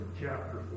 chapter